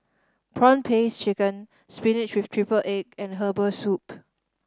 prawn paste chicken spinach with triple egg and herbal soup